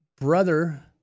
brother